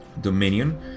dominion